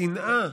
השנאה,